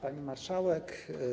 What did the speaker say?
Pani Marszałek!